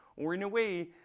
or in a way,